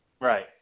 Right